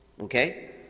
okay